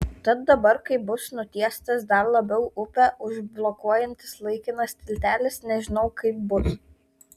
tad dabar kai bus nutiestas dar labiau upę užblokuojantis laikinas tiltelis nežinau kaip bus